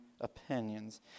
opinions